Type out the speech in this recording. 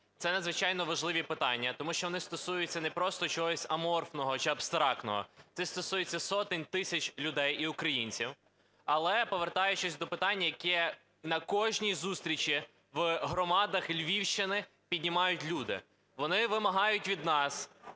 це надзвичайно важливі питання. Тому що вони стосуються не просто чогось аморфного чи абстрактного, це стосується сотень, тисяч людей і українців. Але повертаючись до питання, яке на кожній зустрічі в громадах Львівщини піднімають люди. Вони вимагають від нас